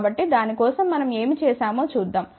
కాబట్టి దాని కోసం మనం ఏమి చేసామో చూద్దాం